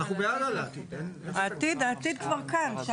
העתיד כבר כאן.